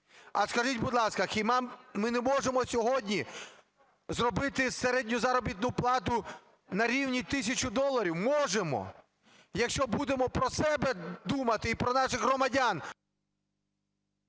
А скажіть, будь ласка, а хіба ми не можемо сьогодні зробити середню заробітну плату на рівні тисячі доларів? Можемо, якщо будемо про себе думати і про наших громадян.